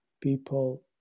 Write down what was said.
people